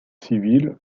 civil